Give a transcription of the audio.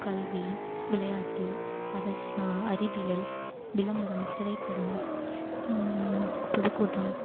கல்வி விளையாட்டு அரசு அறிவியல் விளம்பரம் திரைப்படம் பொதுக்கூட்டம்